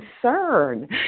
concern